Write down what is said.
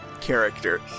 character